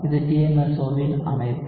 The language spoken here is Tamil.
இது DMSO வின் அமைப்பு